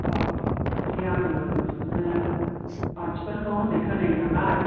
औ मानि आङो बिदिनो मानसिफोरखौ होननाय खोनायो नालाय